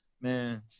man